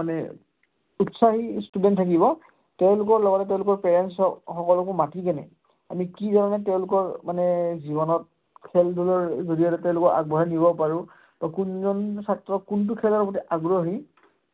মানে উৎসাহী ষ্টুডেণ্ট থাকিব তেওঁলোকৰ লগতে তেওঁলোকৰ পেৰেণ্টছ সকলকো মাতি কেনে আমি কিধৰণে তেওঁলোকৰ মানে জীৱনত খেল ধূলৰ জৰিয়তে তেওঁলোকক আগবঢ়াই নিব পাৰোঁ বা কোনজন ছাত্ৰক কোনটো খেলৰ প্ৰতি আগ্ৰহী